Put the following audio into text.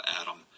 Adam